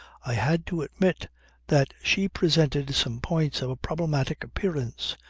i had to admit that she presented some points of a problematic appearance.